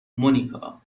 مونیکا